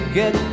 get